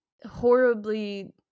horribly